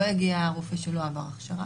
לא יגיע רופא שלא עבר הכשרה.